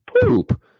Poop